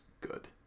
good